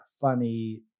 funny